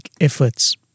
efforts